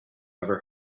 ever